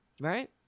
Right